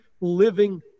living